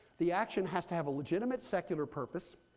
the action has to have a legitimate secular purpose.